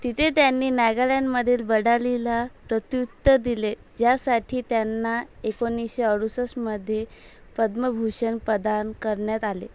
तेथे त्यांनी नागालँडमधील बंडाळीला प्रत्युत्तर दिले ज्यासाठी त्यांना एकोणीसशे अडुसष्टमध्ये पद्मभूषण प्रदान करण्यात आले